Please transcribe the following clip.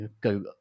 go